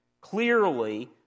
clearly